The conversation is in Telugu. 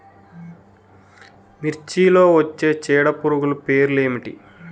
మిర్చిలో వచ్చే చీడపురుగులు పేర్లు ఏమిటి?